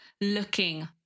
looking